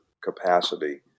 capacity